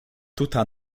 tuta